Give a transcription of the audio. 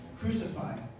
crucified